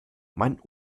mein